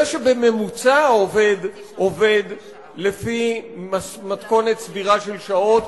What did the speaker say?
זה שבממוצע העובד עובד לפי מתכונת סבירה של שעות,